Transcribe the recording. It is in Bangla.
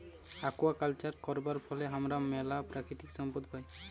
আকুয়াকালচার করবার ফলে হামরা ম্যালা প্রাকৃতিক সম্পদ পাই